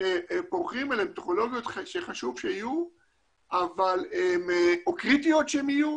פורחים אלא הן טכנולוגיות שחשוב שיהיו או קריטיות שהן יהיו